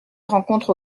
rencontre